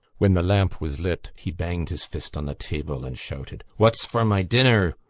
when the lamp was lit he banged his fist on the table and shouted what's for my dinner?